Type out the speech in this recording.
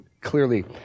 clearly